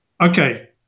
Okay